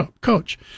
coach